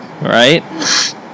Right